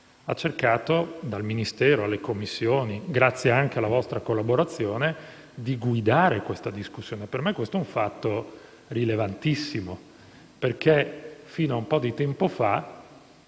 Il settore - dal Ministero alle Commissioni - ha cercato, grazie anche alla vostra collaborazione, di guidare questa discussione. Per me questo è un fatto rilevantissimo, perché fino a un po' di tempo fa